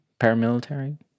paramilitary